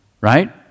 Right